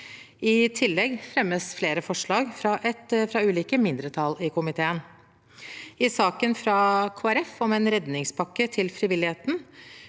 I tillegg fremmes flere forslag fra ulike mindretall i komiteen. I saken fra Kristelig Folkeparti, om en redningspakke til frivilligheten,